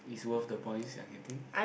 is worth the points you're getting